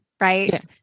right